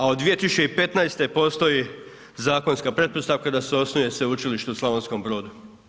A od 2015. postoji zakonska pretpostavka da se osnuje Sveučilište u Slavonskom Brodu.